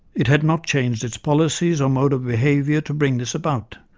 it had not changed its policies or mode of behaviour to bring this about.